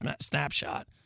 Snapshot